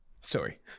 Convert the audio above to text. Sorry